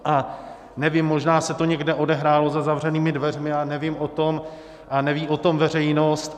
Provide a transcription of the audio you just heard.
A nevím, možná se to někde odehrálo za zavřenými dveřmi a nevím o tom a neví o tom veřejnost.